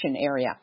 area